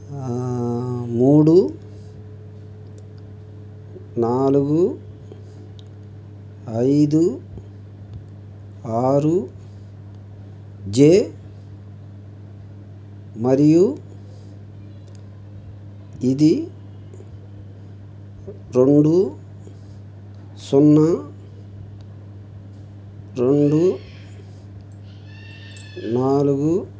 మూడు నాలుగు ఐదు ఆరు జే మరియు ఇది రెండు సున్నా రెండు నాలుగు